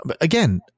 again